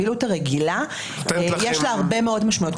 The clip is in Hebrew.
לפעילות הרגילה יש הרבה מאוד משמעויות.